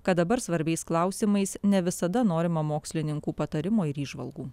kad dabar svarbiais klausimais ne visada norima mokslininkų patarimo ir įžvalgų